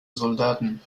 soldaten